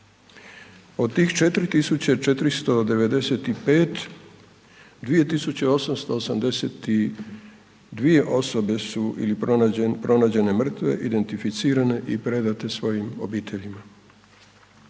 Od tih 4.495, 2.882 osobe su ili pronađene mrtve, identificirane i predate svojim obiteljima.